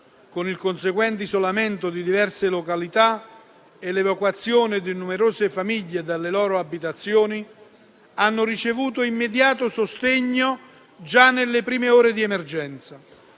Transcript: con il conseguente isolamento di diverse località e l'evacuazione di numerose famiglie dalle loro abitazioni, hanno ricevuto immediato sostegno già nelle prime ore di emergenza.